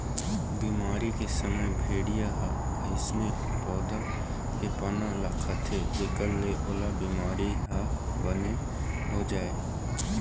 बिमारी के समे भेड़िया ह अइसन पउधा के पाना ल खाथे जेखर ले ओ बिमारी ह बने हो जाए